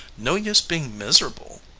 no use being miserable.